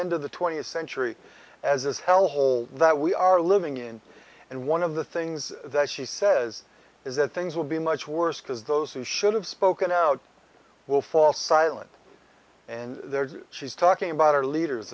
end of the twentieth century as this hell hole that we are living in and one of the things that she says is that things will be much worse because those who should have spoken out will fall silent and she's talking about our leaders